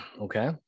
Okay